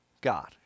God